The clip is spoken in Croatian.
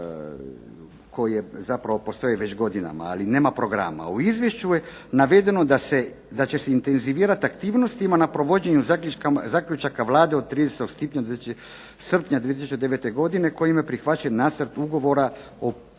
koje zapravo postoje godinama, ali nema programa. U Izvješću je navedeno da će se intenzivirati aktivnostima na provođenju zaključaka Vlade od 30. srpnja 2009. godine kojim je prihvaćen Nacrt ugovora o proizvodnji